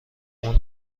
اون